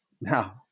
Now